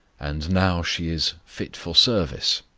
and now she is fit for service,